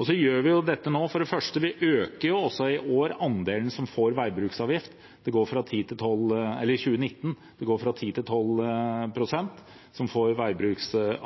Så gjør vi jo noe nå. For det første øker vi – også i 2019 – andelen som får veibruksavgift, den økes fra 10 pst. til 12